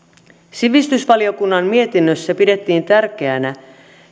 sivistysvaliokunnan mietinnössä pidettiin tärkeänä